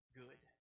good